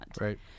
right